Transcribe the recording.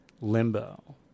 limbo